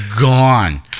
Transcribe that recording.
gone